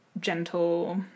gentle